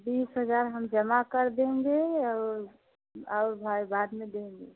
बीस हजार हम जमा कर देंगे और और भाई बाद में देंगे